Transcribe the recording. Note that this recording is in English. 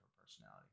personality